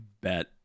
bet